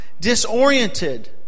disoriented